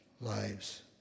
lives